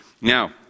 Now